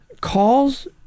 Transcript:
calls